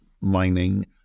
mining